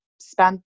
spent